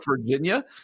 Virginia